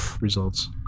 results